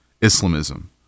Islamism